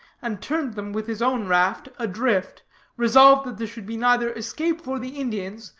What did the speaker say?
and turned them, with his own raft, adrift resolved that there should be neither escape for the indians,